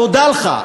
תודה לך.